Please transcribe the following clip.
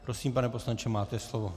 Prosím, pane poslanče, máte slovo.